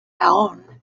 laon